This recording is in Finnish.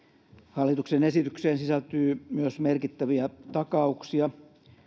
hallituksen esitykseen sisältyy myös merkittäviä takauksia